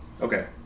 Okay